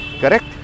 Correct